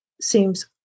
seems